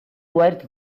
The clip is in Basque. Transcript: wired